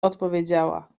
odpowiedziała